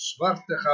Zwarte